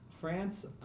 France